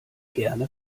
gerne